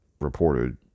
reported